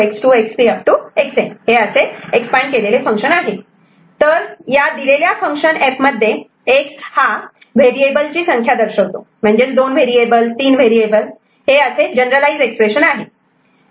F1 x2 x3 xN तर दिलेल्या या फंक्शन F मध्ये X हा व्हेरिएबल ची संख्या दर्शवतो म्हणजे 2व्हेरिएबल 3 व्हेरिएबल असे हे जनरलाईज एक्स्प्रेशन आहे